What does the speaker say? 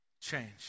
change